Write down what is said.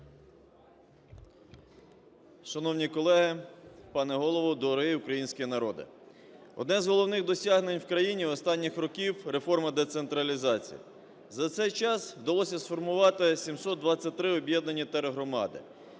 Шановні колеги, пане Голово, дорогий український народе! Одне з головних досягнень в країні останніх років – реформа децентралізації. За цей час вдалося сформувати 723 об'єднані тергромади.